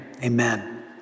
Amen